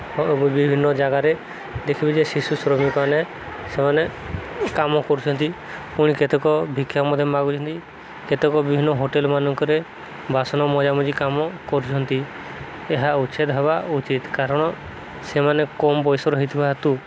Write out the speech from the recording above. ବିଭିନ୍ନ ଜାଗାରେ ଦେଖିବ ଯେ ଶିଶୁ ଶ୍ରମିକମାନେ ସେମାନେ କାମ କରୁଛନ୍ତି ପୁଣି କେତେକ ଭିକ୍ଷା ମଧ୍ୟ ମାଗୁଛନ୍ତି କେତେକ ବିଭିନ୍ନ ହୋଟେଲ ମାନଙ୍କରେ ବାସନ ମଜାମଜି କାମ କରୁଛନ୍ତି ଏହା ଉଚ୍ଛେଦ ହେବା ଉଚିତ କାରଣ ସେମାନେ କମ ବୟସର ହେଇଥିବା ହେତୁ